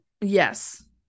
yes